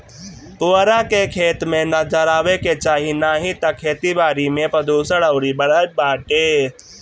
पुअरा के, खेत में ना जरावे के चाही नाही तअ खेती बारी में प्रदुषण अउरी बढ़त बाटे